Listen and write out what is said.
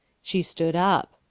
she stood up.